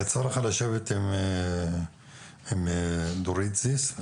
יצא לך לשבת עם דורית זיס?